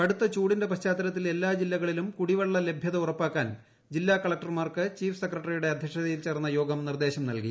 കടുത്ത ചൂടിന്റെ പശ്ചാത്തലത്തിൽ എല്ലാ ജില്ലകളിലും കുടിവെള്ള ലഭ്യത ഉറപ്പാക്കാൻ ജില്ലാ കളക്ടർമാർക്ക് ചീഫ് സെക്രട്ടറിയുടെ അധ്യക്ഷതയിൽ ചേർന്ന യോഗം നിർദ്ദേശം നൽകി